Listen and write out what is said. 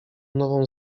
nową